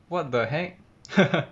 what the heck 呵呵